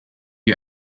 you